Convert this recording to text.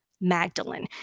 Magdalene